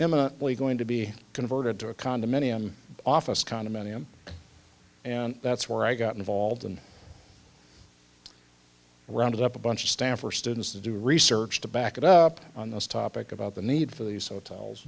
eminently going to be converted to a condominium office condominium and that's where i got involved and rounded up a bunch of stanford students to do research to back it up on this topic about the need for these hotels